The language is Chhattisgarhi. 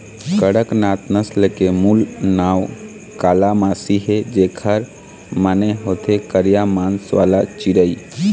कड़कनाथ नसल के मूल नांव कालामासी हे, जेखर माने होथे करिया मांस वाला चिरई